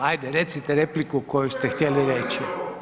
Hajde recite repliku koju ste htjeli reći.